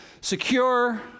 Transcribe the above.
secure